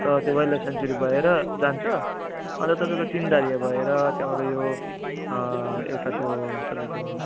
त्यहाँ त्यो wildlife sanctuary भएर जान्छ अनि त तपाईँको तिनधारिया भएर त्यहाँबाट यो एउटा त्यो तपाईँको